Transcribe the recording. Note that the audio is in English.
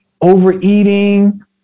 overeating